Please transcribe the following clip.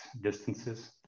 distances